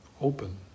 open